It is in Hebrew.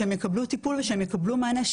שהם יקבלו טיפול ושהם יקבלו מענה,